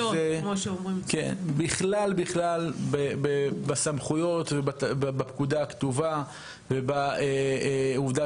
בכלל בסמכויות ובפקודה הכתובה ובעובדה